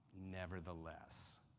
nevertheless